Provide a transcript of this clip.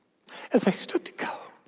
as i stood to go